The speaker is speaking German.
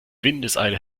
windeseile